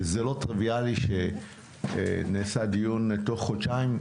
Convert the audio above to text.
זה לא טריוויאלי שנעשה דיון תוך חודשיים,